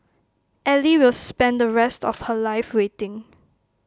ally will spend the rest of her life waiting